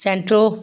Santro